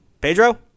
Pedro